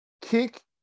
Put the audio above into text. kick